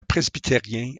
presbytérien